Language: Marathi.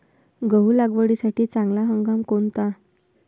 गहू लागवडीसाठी चांगला हंगाम कोणता?